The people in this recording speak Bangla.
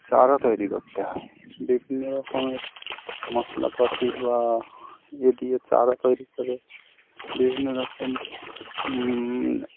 চারা তৈরি করতে হয় বিভিন্ন রকমের মশলাপাতি বা ইয়ে দিয়ে চারা তৈরি করে বিভিন্ন রকম